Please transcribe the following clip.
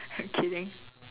I'm kidding